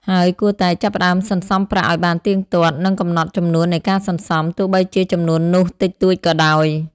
ហើយគួរតែ ចាប់ផ្ដើមសន្សំប្រាក់ឱ្យបានទៀងទាត់ និងកំណត់ចំនួននៃការសន្សំ ទោះបីជាចំនួននោះតិចតួចក៏ដោយ។